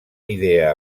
idea